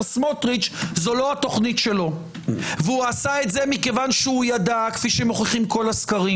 סמוטריץ זה לא התוכנית שלו ועשה זאת כי ידע כפי שמוכיחים כל הסקרים